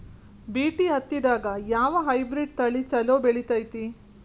BT ಹತ್ತಿದಾಗ ಯಾವ hybrid ತಳಿ ಛಲೋ ಬೆಳಿತೈತಿ?